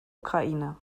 ukraine